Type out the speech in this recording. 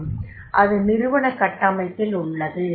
அது நிறுவன கட்டமைப்பில் உள்ளது